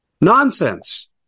Nonsense